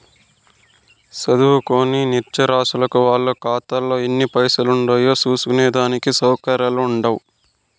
సదుంకోని నిరచ్చరాసులకు వాళ్ళ కాతాలో ఎన్ని పైసలుండాయో సూస్కునే దానికి సవుకర్యాలుండవ్